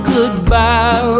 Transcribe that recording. Goodbye